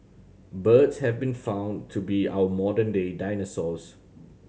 birds have been found to be our modern day dinosaurs